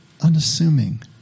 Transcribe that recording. Unassuming